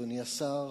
אדוני השר,